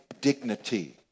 dignity